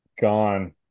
Gone